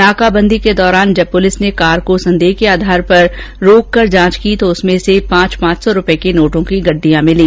नाकाबंदी के दौरान जब पुलिस ने कार को संदेह के आधार पर रोक कर जांच की तो उसमें पांच पांच सौ रूपए के नोटों की गड़िडयां मिली